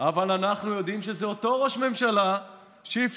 אבל אנחנו יודעים שזה אותו ראש ממשלה שאפשר